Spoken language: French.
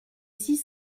six